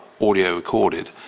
audio-recorded